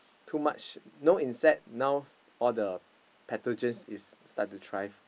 too much no insect now all the pathogens is start to thrive